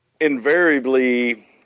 invariably